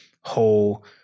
whole